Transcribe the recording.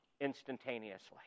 instantaneously